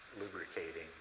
lubricating